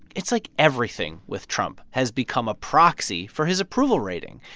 it's like everything with trump has become a proxy for his approval rating.